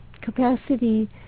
capacity